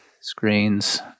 screens